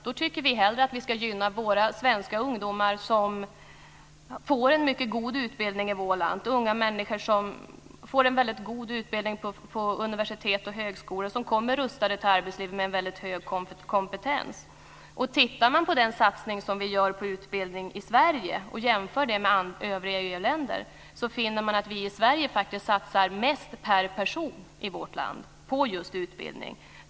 Då tycker vi hellre att vi ska gynna våra svenska ungdomar som får en god utbildning på universitet och högskolor i vårt land och kommer rustade till arbetslivet med en hög kompetens. Tittar vi på den satsning som görs på utbildning i Sverige och jämför med övriga EU-länder, finner vi att Sverige satsar mest per person på utbildning.